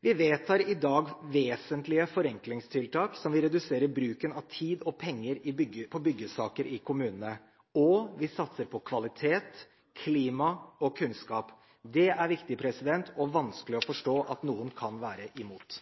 Vi vedtar i dag vesentlige forenklingstiltak som vil redusere bruken av tid og penger i byggesaker i kommunene, og vi satser på kvalitet, klima og kunnskap. Det er viktig – og vanskelig å forstå at noen kan være imot.